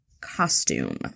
costume